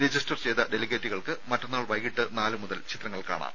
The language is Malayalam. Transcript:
രജിസ്റ്റർ ചെയ്ത ഡെലിഗേറ്റുകൾക്ക് മറ്റന്നാൾ വൈകിട്ട് നാല് മുതൽ ചിത്രങ്ങൾ കാണാം